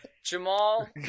Jamal